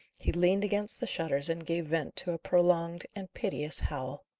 he leaned against the shutters, and gave vent to a prolonged and piteous howl.